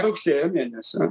rugsėjo mėnesio